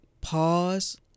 pause